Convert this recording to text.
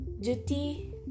duty